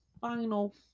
final